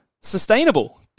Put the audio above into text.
sustainable